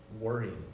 worrying